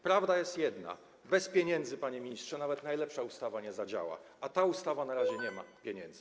Prawda jest jedna: bez pieniędzy, panie ministrze, nawet najlepsza ustawa nie zadziała, a w przypadku tej ustawy na razie nie ma pieniędzy.